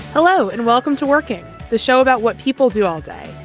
hello and welcome to working the show about what people do all day.